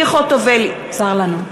צר לנו.